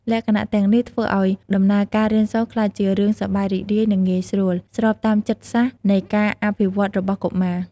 លក្ខណៈទាំងនេះធ្វើឲ្យដំណើរការរៀនសូត្រក្លាយជារឿងសប្បាយរីករាយ និងងាយស្រួល ស្របតាមចិត្តសាស្ត្រនៃការអភិវឌ្ឍន៍របស់កុមារ។